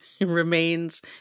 remains